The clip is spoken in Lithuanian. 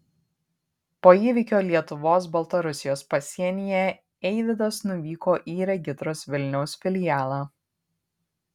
po įvykio lietuvos baltarusijos pasienyje eivydas nuvyko į regitros vilniaus filialą